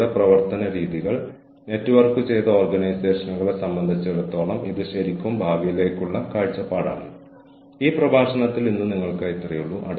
ഒരുപക്ഷേ നെറ്റ്വർക്കിംഗിനായി മാത്രം അര മണിക്കൂർ ക്ലിപ്പ് ഞാൻ ചേർക്കും